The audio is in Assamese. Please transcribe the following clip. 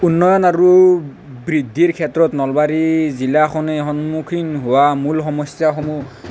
উন্নয়ন আৰু বৃদ্ধিৰ ক্ষেত্ৰত নলবাৰী জিলাখনে সন্মুখীন হোৱা মূল সমস্যাসমূহ